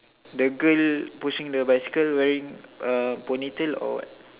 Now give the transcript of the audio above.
the girl pushing the bicycle wearing a ponytail or what